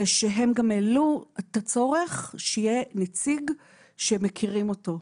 שהם גם העלו את הצורך שיהיה נציג שמכירים אותו.